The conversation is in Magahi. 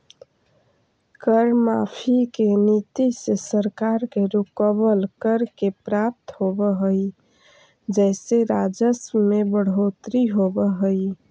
कर माफी के नीति से सरकार के रुकवल, कर के प्राप्त होवऽ हई जेसे राजस्व में बढ़ोतरी होवऽ हई